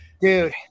Dude